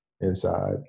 inside